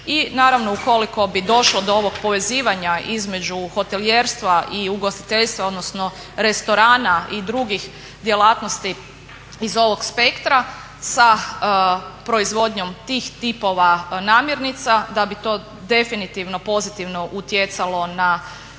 i naravno ukoliko bi došlo do ovog povezivanja između hotelijerstva i ugostiteljstva, odnosno restorana i drugih djelatnosti iz ovog spektra sa proizvodnjom tih tipova namirnica da bi to definitivno pozitivno utjecalo na